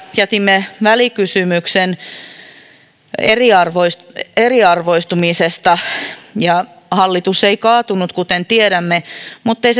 jätimme oppositiosta välikysymyksen eriarvoistumisesta ja hallitus ei kaatunut kuten tiedämme muttei